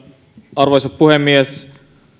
arvoisa puhemies